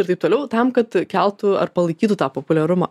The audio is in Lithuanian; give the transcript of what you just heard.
ir taip toliau tam kad keltų ar palaikytų tą populiarumą